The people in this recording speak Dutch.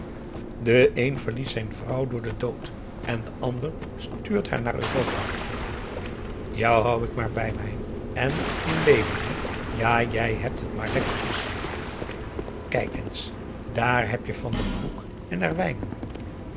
de een verliest zijn vrouw door den dood en de ander stuurt haar naar europa jou hou ik maar bij p a daum hoe hij raad van indië werd onder ps maurits me en in leven hè ja jij hebt het maar lekkertjes kijk eens daar heb je van den broek en herwijnen